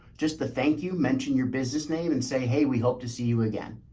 just the thank you. mention your business name and say, hey, we hope to see you again.